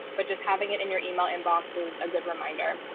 but just having it in your email inbox is a good reminder.